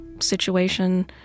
situation